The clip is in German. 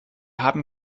haben